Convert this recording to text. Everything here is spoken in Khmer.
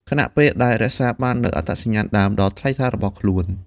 ខណៈពេលដែលរក្សាបាននូវអត្តសញ្ញាណដើមដ៏ថ្លៃថ្លារបស់ខ្លួន។